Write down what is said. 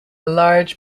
large